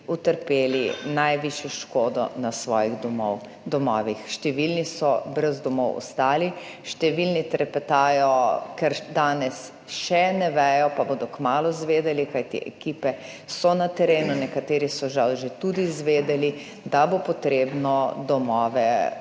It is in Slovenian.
utrpeli najvišjo škodo na svojih domovih. Številni so brez domov ostali. Številni trepetajo, ker danes še ne vejo, pa bodo kmalu izvedeli, kajti ekipe so na terenu, nekateri so žal že tudi izvedeli, da bo potrebno domove